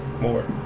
more